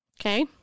Okay